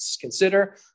consider